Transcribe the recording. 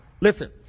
Listen